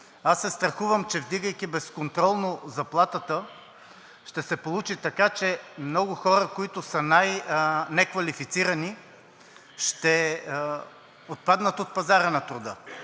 Аз се страхувам, че вдигайки безконтролно заплатата, ще се получи така, че много хора, които са най-неквалифицирани, ще отпаднат от пазара на труда,…